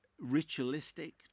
ritualistic